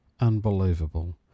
Unbelievable